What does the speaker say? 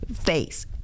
face